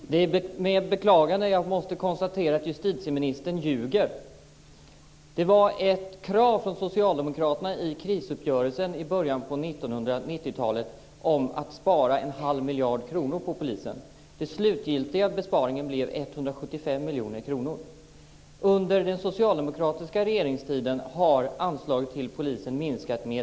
Fru talman! Det är med beklagande jag måste konstatera att justitieministern ljuger. Det fanns ett krav från Socialdemokraterna i krisuppgörelsen i början av 1990-talet om att spara en halv miljard kronor på polisen. Den slutgiltiga besparingen blev 175 miljoner kronor. Under den socialdemokratiska regeringstiden har anslaget till polisen minskat med